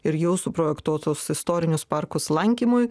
ir jau suprojektuotus istorinius parkus lankymui